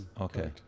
Okay